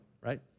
right